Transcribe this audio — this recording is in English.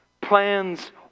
plans